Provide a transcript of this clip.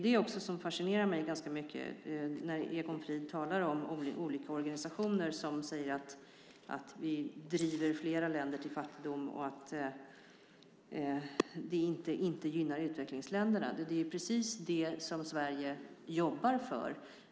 Det fascinerar mig ganska mycket när Egon Frid talar om olika organisationer som säger att vi driver flera länder till fattigdom och att det inte gynnar utvecklingsländerna. Det är precis det som Sverige jobbar för.